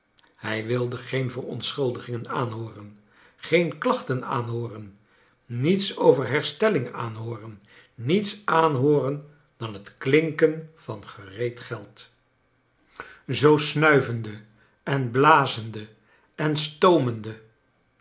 hij wllde geen verontschuldigingen aanhooren geen klachten aanhooren niets over herstelling aanhooren niets aanhooren dan het klinken van gereed geld zoo snuivende en blazende en stoomende